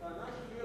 הטענה שלי,